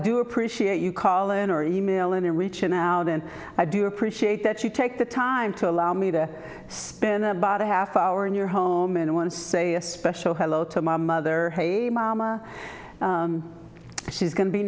do appreciate you calling or emailing or reaching out and i do appreciate that you take the time to allow me to spin about a half hour in your home and i want to say a special hello to my mother a mama she's going to be